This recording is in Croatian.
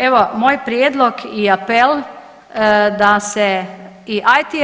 Evo moj prijedlog i apel da se i IT